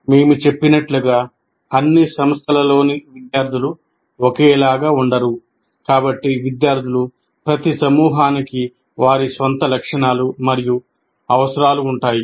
మేము చెప్పినట్లుగా అన్ని సంస్థలలోని విద్యార్థులు ఒకేలా ఉండరు కాబట్టి విద్యార్థుల ప్రతి సమూహానికి వారి స్వంత లక్షణాలు మరియు అవసరాలు ఉంటాయి